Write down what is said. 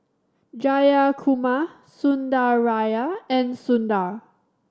Jayakumar Sundaraiah and Sundar